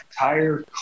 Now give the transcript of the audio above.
entire